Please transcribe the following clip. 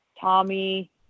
Tommy